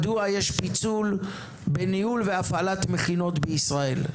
מדוע יש פיצול בניהול והפעלת מכינות בישראל?